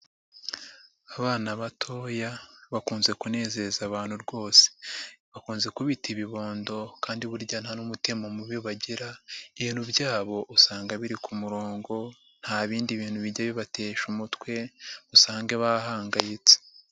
Abana batoya bakunze kunezeza abantu rwose bakunze kubita ibibondo kandi burya nta n'umutima mubi bagira, ibintu byabo usanga biri ku murongo nta bindi bintu bijya bibatesha umutwe usange bahangayitse.